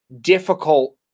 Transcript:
difficult